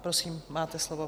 Prosím, máte slovo.